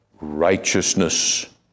righteousness